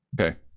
Okay